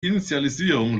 initialisierung